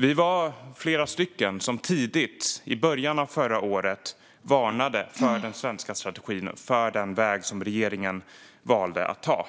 Vi var flera som tidigt, i början av förra året, varnade för den svenska strategin och den väg som regeringen valde att ta.